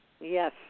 Yes